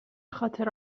خاطر